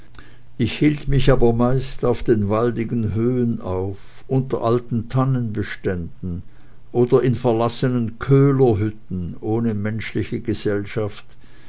ich hielt mich aber meist auf den waldigen höhen auf unter alten tannenbeständen oder in verlassenen köhlerhütten ohne menschliche gesellschaft